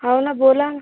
हो ना बोला